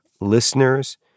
listeners